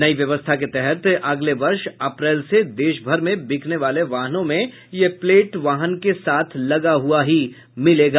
नयी व्यवस्था के तहत अगले वर्ष अप्रैल से देश भर मे बिकने वाले वाहनों में यह प्लेट वाहन के साथ लगा हुआ मिलेगा